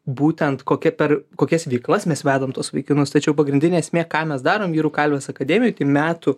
būtent kokia per kokias veiklas mes vedam tuos vaikinus tačiau pagrindinė esmė ką mes darom vyrų kalvės akademijoj tai metų